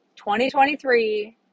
2023